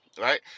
Right